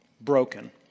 broken